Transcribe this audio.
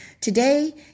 Today